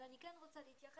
אבל אני כן רוצה להתייחס,